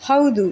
ಹೌದು